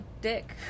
dick